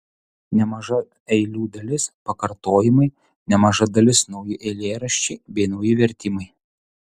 nemaža eilių dalis pakartojimai nemaža dalis nauji eilėraščiai bei nauji vertimai